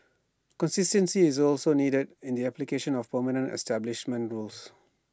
consistency is also needed in the application of permanent establishment rules